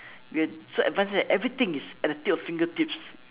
we're so advanced that everything is at the tips of fingertips